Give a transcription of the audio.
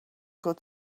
good